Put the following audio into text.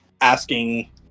asking